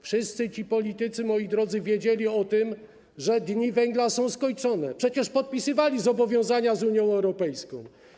Wszyscy ci politycy, moi drodzy, wiedzieli o tym, że dni węgla są skończone, przecież podpisywali zobowiązania z Unią Europejską.